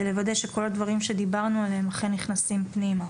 לוודא שכל הדברים שדיברנו עליהם אכן נכנסים פנימה.